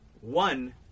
One